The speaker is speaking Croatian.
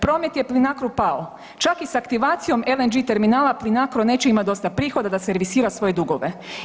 Promet je Plinacrou pao, čak i s aktivacijom LNG terminala Plinacro neće imati dosta prihoda da servisira svoje dugove.